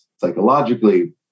psychologically